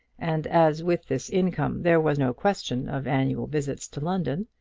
and as with this income there was no question of annual visits to london,